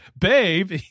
babe